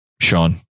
Sean